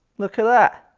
look at that.